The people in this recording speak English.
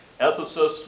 ethicist